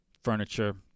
Furniture